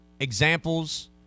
examples